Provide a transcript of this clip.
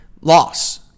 loss